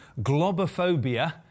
globophobia